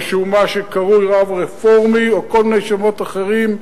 או שהוא מה שקרוי רב רפורמי או כל מיני שמות אחרים,